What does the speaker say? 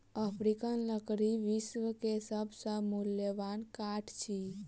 African लकड़ी विश्व के सभ से मूल्यवान काठ अछि